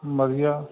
ਵਧੀਆ